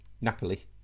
Napoli